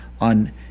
on